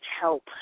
help